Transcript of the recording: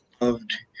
loved